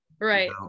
right